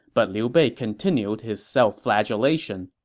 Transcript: but liu bei continued his self-flagellation.